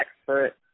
expert